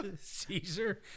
Caesar